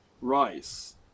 rice